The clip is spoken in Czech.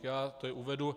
Já tady uvedu.